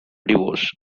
divorce